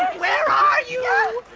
where are you?